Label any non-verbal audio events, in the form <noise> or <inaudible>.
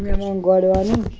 <unintelligible>